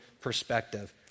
perspective